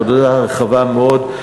עבודה רחבה מאוד,